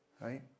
right